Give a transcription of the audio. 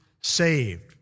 saved